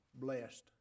blessed